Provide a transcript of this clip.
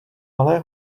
malé